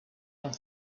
and